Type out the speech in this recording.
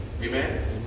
Amen